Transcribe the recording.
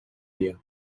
dia